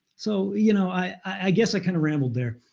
so you know i i guess i kind of rambled there.